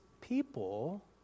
people